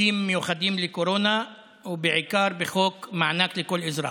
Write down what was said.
בחוקים מיוחדים לקורונה ובעיקר בחוק מענק לכל אזרח.